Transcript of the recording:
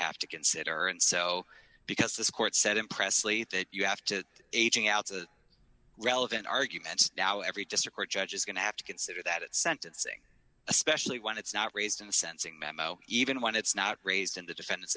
have to consider and so because this court said impressively that you have to aging out a relevant argument now every just a court judge is going to have to consider that at sentencing especially when it's not raised in the sensing memo even when it's not raised in the defendant's